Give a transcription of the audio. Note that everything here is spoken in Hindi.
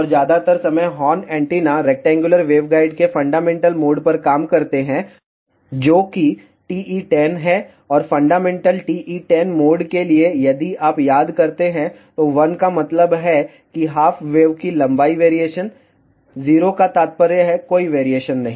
और ज्यादातर समय हॉर्न एंटीना रेक्टेंगुलर वेवगाइड के फंडामेंटल मोड पर काम करते हैं जो कि TE10 है और फंडामेंटल TE10 मोड के लिए यदि आप याद करते हैं तो 1 का मतलब है कि हाफ वेव की लंबाई वेरिएशन 0 का तात्पर्य कोई वेरिएशन नहीं